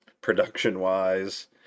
Production-wise